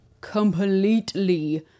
completely